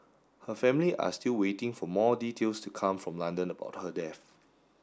her family are still waiting for more details to come from London about her death